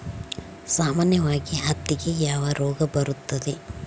ಸಾಮಾನ್ಯವಾಗಿ ಹತ್ತಿಗೆ ಯಾವ ರೋಗ ಬರುತ್ತದೆ?